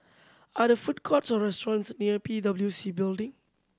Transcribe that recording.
are the food courts or restaurants near P W C Building